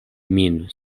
min